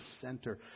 center